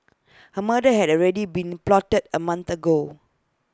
A murder had already been plotted A month ago